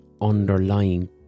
underlying